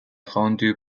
rendu